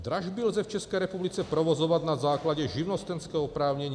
Dražby lze v České republice provozovat na základě živnostenského oprávnění.